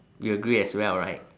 you agree as well right